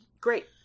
great